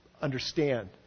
understand